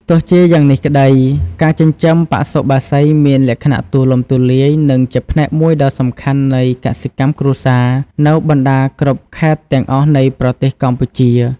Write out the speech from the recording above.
ទោះជាយ៉ាងនេះក្តី ការចិញ្ចឹមបសុបក្សីមានលក្ខណៈទូលំទូលាយ និងជាផ្នែកមួយដ៏សំខាន់នៃកសិកម្មគ្រួសារនៅបណ្តាគ្រប់ខេត្តទាំងអស់នៃប្រទេសកម្ពុជា។